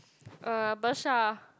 uh Bersha